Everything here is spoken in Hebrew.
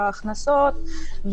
בהכנסות,